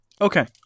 Okay